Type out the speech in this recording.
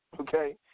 okay